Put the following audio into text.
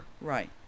Right